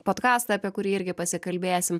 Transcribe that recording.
podkastą apie kurį irgi pasikalbėsim